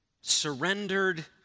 surrendered